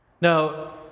Now